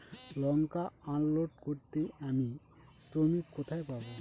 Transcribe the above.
লঙ্কা unload করতে আমি শ্রমিক কোথায় পাবো?